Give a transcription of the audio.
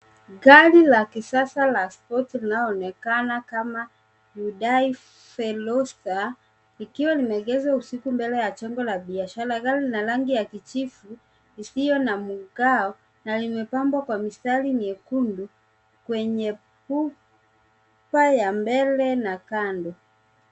Gari la kisasa la spoti linaloonekana kama hyundai forester likiwa limeegezwa usiku mbele ya chombo la biashara. Gari lina rangi ya kijivu isiyo na mng'ao, na limepambwa kwa mistari miekundu kwenye pupa ya mbele na kando.